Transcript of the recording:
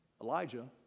Elijah